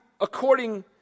according